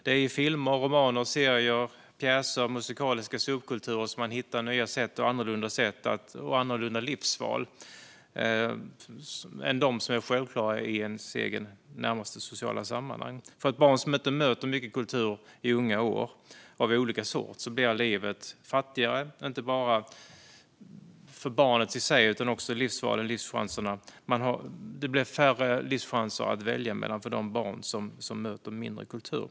Det är i filmer, romaner, serier, pjäser och musikaliska subkulturer som de hittar nya och annorlunda sätt och annorlunda livsval än de som är självklara i deras eget närmaste sociala sammanhang. För ett barn som inte möter mycket kultur av olika sort i unga år blir livet fattigare. Det gäller inte bara för barnet i sig utan också för livsval och livschanserna. Det blir färre livschanser att välja mellan för de barn som möter mindre kultur.